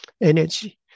energy